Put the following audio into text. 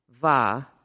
va